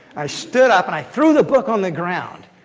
i stood up and i threw the book on the ground.